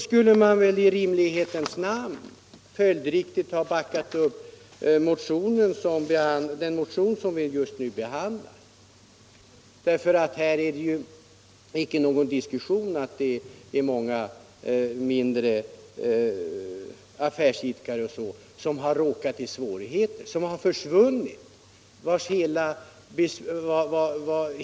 — skulle man väl i rimlighetens namn följdriktigt ha backat upp den motion vi just nu behandlar. Här är det nämligen ingen diskussion om annat än att många mindre affärsidkare råkat i svårigheter och fått lägga ner sin rörelse.